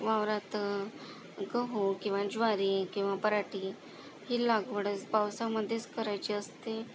वावरात गहू किंवा ज्वारी किंवा बराटी ही लागवडच पावसामध्येच करायची असते